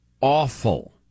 awful